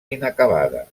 inacabada